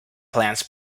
plants